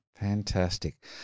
Fantastic